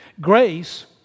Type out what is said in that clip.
Grace